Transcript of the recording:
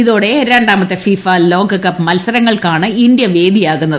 ഇതോടെ രണ്ടാമത്തെ ഫിഫ ലോക്കപ്പ് മത്സരങ്ങൾക്കാണ് ഇന്ത്യ വേദിയാകുന്നത്